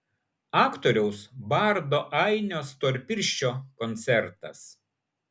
aktoriaus bardo ainio storpirščio koncertas